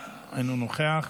אינו נוכח,